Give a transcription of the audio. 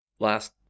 Last